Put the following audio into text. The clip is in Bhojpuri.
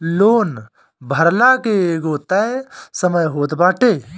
लोन भरला के एगो तय समय होत बाटे